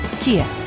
Kia